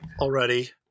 already